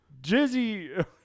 Jizzy